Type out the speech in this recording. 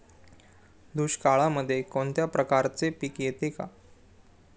दुष्काळामध्ये कोणत्या प्रकारचे पीक येते का?